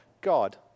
God